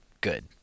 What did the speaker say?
good